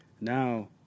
Now